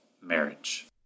marriage